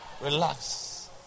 Relax